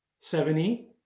70